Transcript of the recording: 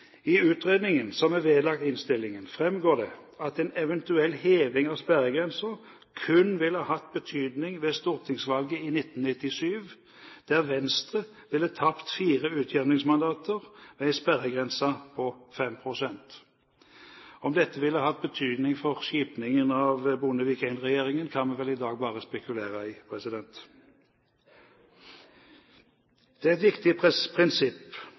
utredningen, som er vedlagt innstillingen, framgår det at en eventuell heving av sperregrensen kun ville hatt betydning ved stortingsvalget i 1997, der Venstre ville tapt fire utjevningsmandater ved en sperregrense på 5 pst. Om dette ville hatt betydning for skipingen av Bondevik I-regjeringen, kan vi vel i dag bare spekulere i. Det er et viktig prinsipp